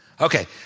Okay